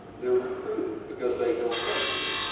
theyre recruited because they dont have